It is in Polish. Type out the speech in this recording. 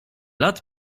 lat